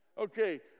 Okay